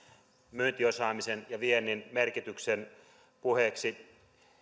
myyntiosaamisen ja viennin merkityksen puheeksi